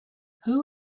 who